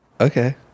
Okay